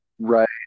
Right